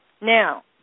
Now